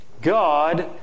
God